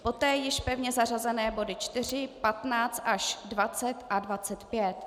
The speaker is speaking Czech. Poté již pevně zařazené body 4, 15 až 20 a 25.